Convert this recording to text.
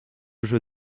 jeu